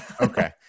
Okay